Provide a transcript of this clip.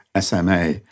SMA